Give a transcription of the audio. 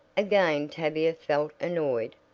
again tavia felt annoyed.